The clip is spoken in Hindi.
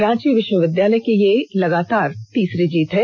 रांची विष्वविद्यालय की यह लगातार तीसरी जीत है